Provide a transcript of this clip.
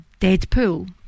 Deadpool